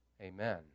Amen